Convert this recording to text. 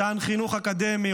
מתן חינוך אקדמי,